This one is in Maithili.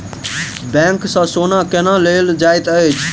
बैंक सँ सोना केना लेल जाइत अछि